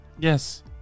Yes